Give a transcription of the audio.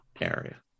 area